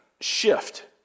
shift